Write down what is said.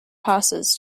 passes